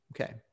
Okay